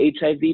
HIV